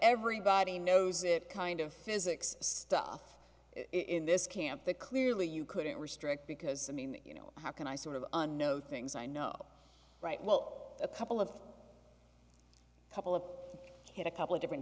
everybody knows it kind of physics stuff in this camp that clearly you couldn't restrict because i mean you know how can i sort of a know things i know right well a couple of couple of hit a couple of different